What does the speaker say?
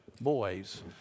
boys